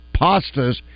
pastas